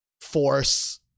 force